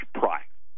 price